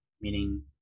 meaning